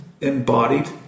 embodied